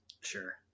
Sure